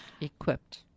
equipped